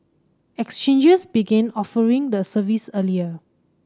exchanges began offering the service earlier